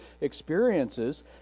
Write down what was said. experiences